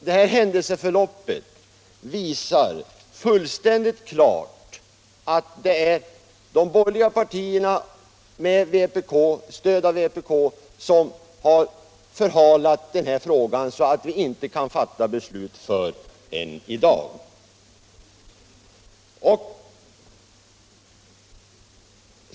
Detta händelseförlopp visar alldeles klart att det är de borgerliga partierna som med stöd av vpk förhalat behandlingen av den här frågan så att vi inte kunnat fatta beslut förrän i dag.